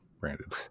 branded